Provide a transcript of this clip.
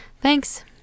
thanks